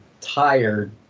tired